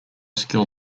skill